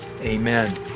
Amen